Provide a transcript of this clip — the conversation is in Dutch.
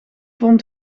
vond